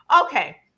okay